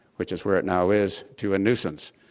which is where it now is, to a nuisance.